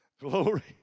Glory